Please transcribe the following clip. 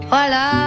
Voilà